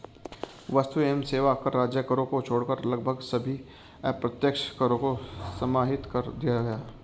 वस्तु एवं सेवा कर राज्य करों को छोड़कर लगभग सभी अप्रत्यक्ष करों को समाहित कर दिया है